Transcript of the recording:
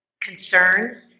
concern